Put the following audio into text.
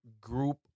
group